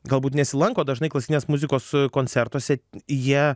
galbūt nesilanko dažnai klasikinės muzikos koncertuose jie